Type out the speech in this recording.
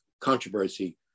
controversy